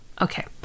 Okay